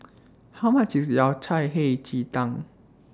How much IS Yao Cai Hei Ji Tang